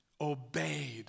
obeyed